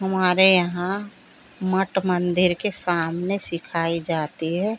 हमारे यहाँ मट मंदिर के सामने सिखाई जाती है